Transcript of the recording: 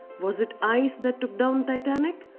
was it ice that took down titanic?